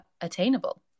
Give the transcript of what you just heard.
attainable